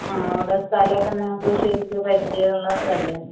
ആ അവിടെ സ്ഥലമൊക്കെ നിങ്ങൾക്ക് ശരിക്ക് പരിചയമുള്ളതല്ലേ